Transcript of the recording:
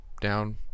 down